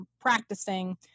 practicing